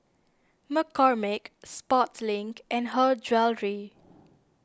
McCormick Sportslink and Her Jewellery